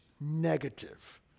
negative